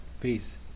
Peace